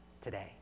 today